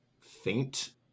faint